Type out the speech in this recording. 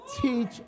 teach